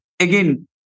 again